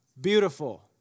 Beautiful